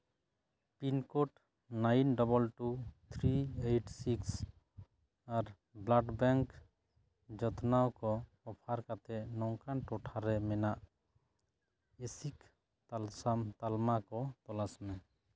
pin code nine double two three eight six ᱟᱨ blood bank ᱡᱚᱛᱱᱟᱣ ᱚᱯᱷᱟᱨ ᱠᱟᱛᱮᱫ ᱱᱚᱝᱠᱟᱱ ᱴᱚᱴᱷᱟᱨᱮ ᱢᱮᱱᱟᱜ ᱮᱥᱤᱠ ᱛᱟᱞᱥᱟ ᱛᱟᱞᱢᱟ ᱠᱚ ᱛᱚᱞᱟᱥ ᱢᱮ